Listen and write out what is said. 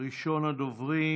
ראשון הדוברים